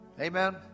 Amen